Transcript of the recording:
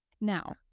Now